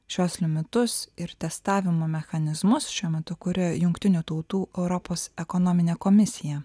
šiuos limitus ir testavimo mechanizmus šiuo metu kuria jungtinių tautų europos ekonominė komisija